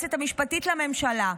היועצת המשפטית לממשלה,